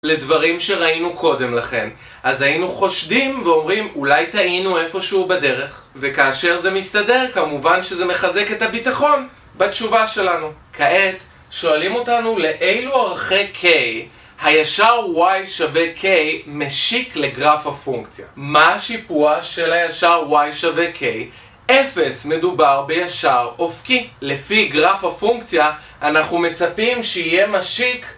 לדברים שראינו קודם לכן אז היינו חושדים ואומרים אולי טעינו איפשהו בדרך וכאשר זה מסתדר כמובן שזה מחזק את הביטחון בתשובה שלנו. כעת, שואלים אותנו לאילו ערכי k הישר y שווה k משיק לגרף הפונקציה מה השיפוע של הישר y שווה k? אפס, מדובר בישר אופקי לפי גרף הפונקציה אנחנו מצפים שיהיה משיק